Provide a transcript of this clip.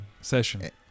session